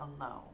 alone